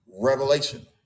revelation